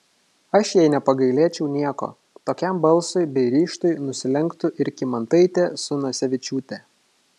aš jai nepagailėčiau nieko tokiam balsui bei ryžtui nusilenktų ir kymantaitė su nosevičiūte